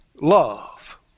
love